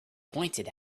pointed